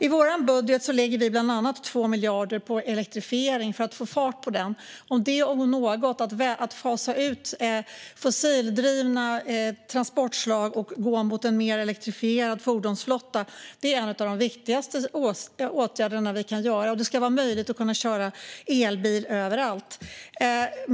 I vår budget lägger vi bland annat 2 miljarder på elektrifieringen, för att få fart på den. Detta om något, att fasa ut fossildrivna transportslag och gå mot en mer elektrifierad fordonsflotta, är en av de viktigaste åtgärder vi kan göra. Det ska vara möjligt att köra elbil överallt.